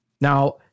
Now